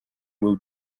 will